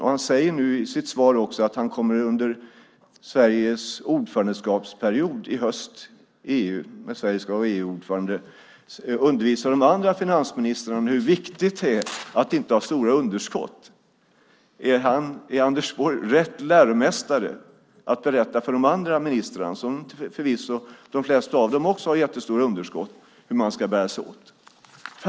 Han säger i sitt svar också att han under Sveriges EU-ordförandeskap i höst kommer att undervisa de andra finansministrarna om hur viktigt det är att inte ha stora underskott. Är Anders Borg rätt läromästare att berätta för de andra ministrarna, som förvisso de flesta av dem också har jättestora underskott, hur man ska bära sig åt?